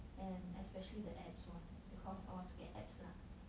and especially the abs one because I want to get abs lah